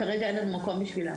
כרגע אין לנו מקום עבורם.